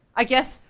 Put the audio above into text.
i guess,